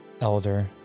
Elder